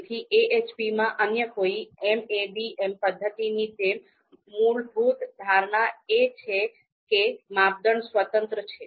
તેથી AHPમાં અન્ય કોઈ MADM પદ્ધતિની જેમ મૂળભૂત ધારણા એ છે કે માપદંડ સ્વતંત્ર છે